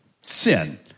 Sin